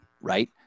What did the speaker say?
Right